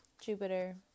Jupiter